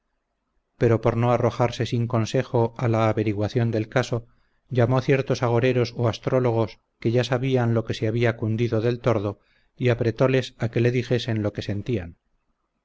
pero por no arrojarse sin consejo a la averiguación del caso llamó ciertos agoreros o astrólogos que ya sabían lo que se había cundido del tordo y apretoles a que le dijesen lo que sentían